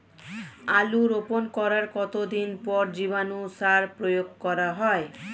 আলু রোপণ করার কতদিন পর জীবাণু সার প্রয়োগ করা হয়?